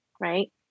Right